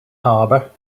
harbor